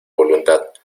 voluntad